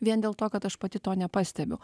vien dėl to kad aš pati to nepastebiu